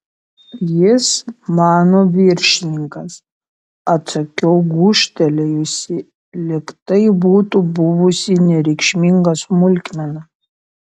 jis mano viršininkas atsakiau gūžtelėjusi lyg tai būtų buvusi nereikšminga smulkmena